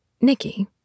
Nikki